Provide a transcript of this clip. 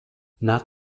not